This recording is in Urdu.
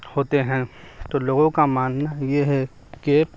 ہوتے ہیں تو لوگوں کا ماننا یہ ہے کہ